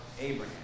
Abraham